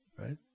right